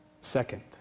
Second